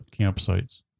campsites